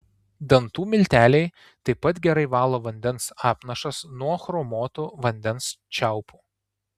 dantų milteliai taip pat gerai valo vandens apnašas nuo chromuotų vandens čiaupų